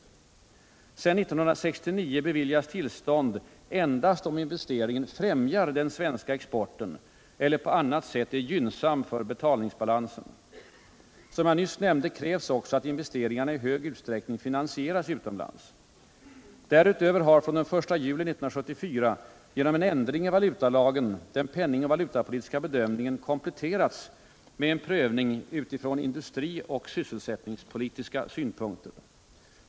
Sedan 1969 beviljas tillstånd endast om investeringen främjar den svenska exporten eller på annat sätt är gynnsam för betalningsbalansen. Som jag nyss nämnde krävs också att investeringarna i stor utsträckning finansieras utomlands. Därutöver har från den 1 juli 1974 genom en ändring i valutalagen den penningoch valutapolitiska bedömningen kompletterats med en prövning utifrån industrioch sysselsättningspolitiska synpunkter.